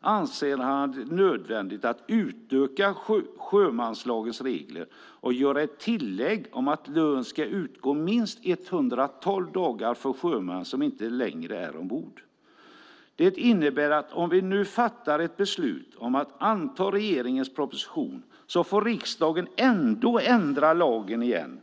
anser han det nödvändigt att utöka sjömanslagens regler och göra ett tillägg om att lön ska utgå under minst 112 dagar för sjömän som inte längre är ombord. Det innebär att riksdagen om vi nu fattar beslut om att anta regeringens proposition ändå får ändra lagen igen.